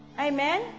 Amen